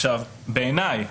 בעיניי